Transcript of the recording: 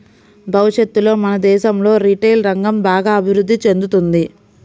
భవిష్యత్తులో మన దేశంలో రిటైల్ రంగం బాగా అభిరుద్ధి చెందుతుంది